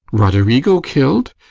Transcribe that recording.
roderigo kill'd?